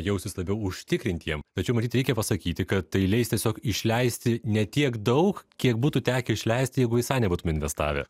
jaustis labiau užtikrintiem tačiau matyt reikia pasakyti kad tai leis tiesiog išleisti ne tiek daug kiek būtų tekę išleisti jeigu visai nebūtume investavę